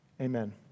Amen